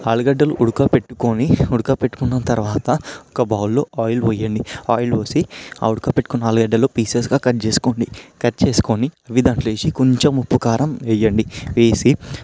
ఆలుగడ్డలు ఉడకబెట్టుకొని ఉడకబెట్టుకున్న తరువాత ఒక బౌల్లో ఆయిల్ పోయండి ఆయిల్ పోసి ఆ ఉడకబెట్టుకున్న ఆలుగడ్డలు పీసెస్గా కట్ చేసుకోండి కట్ చేసుకొని ఇవి దాంట్లో వేసి కొంచెం ఉప్పు కారం వేయండి వేసి